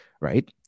right